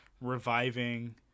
reviving